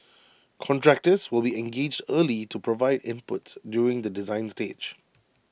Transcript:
contractors will be engaged early to provide inputs during the design stage